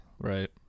Right